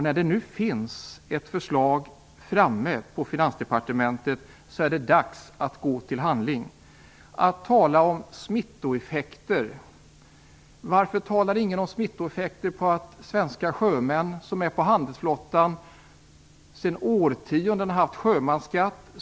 När det nu finns ett förslag framme i Finansdepartementet är det dags att gå till handling. Det talas om smittoeffekter. Varför talar ingen om smittoeffekter när det gäller svenska sjömän vid handelsflottan, som sedan årtionden kompenserats med sjömansskatt?